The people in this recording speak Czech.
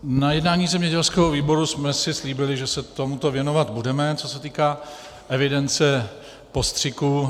Na jednání zemědělského výboru jsme si slíbili, že se tomuto věnovat budeme, co se týká evidence postřiků.